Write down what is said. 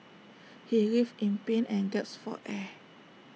he writhed in pain and gasped for air